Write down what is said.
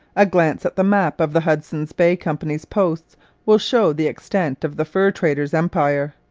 a glance at the map of the hudson's bay company's posts will show the extent of the fur traders' empire.